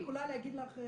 אני יכולה להגיד לך,